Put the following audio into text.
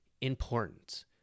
important